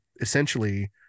essentially